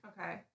Okay